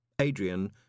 Adrian